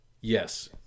yes